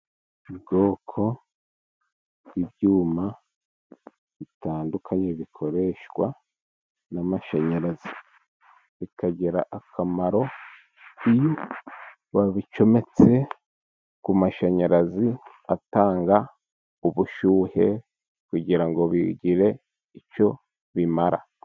Ubwoko bw'ibyuma bitandukanye bikoreshwa n' amashanyarazi, bikagira akamaro iyo babicometse ku mashanyarazi atanga ubushyuhe, kugira ngo bigire icyo bimara.